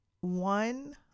one